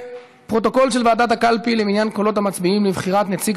פרוטוקול של ועדת הקלפי למניין קולות המצביעים לבחירת נציג